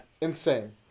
Insane